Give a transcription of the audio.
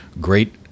great